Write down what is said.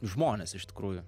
žmonės iš tikrųjų